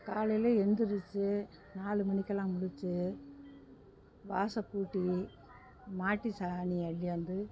காலையில் எழுந்திருச்சு நாலு மணிக்கெல்லாம் முழிச்சு வாசல் கூட்டி மாட்டுச் சாணி அள்ளிவந்து